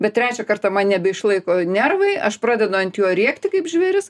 bet trečią kartą man nebeišlaiko nervai aš pradedu ant jo rėkti kaip žvėris